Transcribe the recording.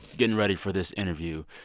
getting ready for this interview,